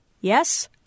Yes